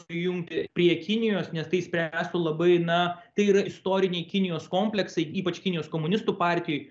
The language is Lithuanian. sujungti prie kinijos nes tai išspręstų labai na tai yra istoriniai kinijos kompleksai ypač kinijos komunistų partijoj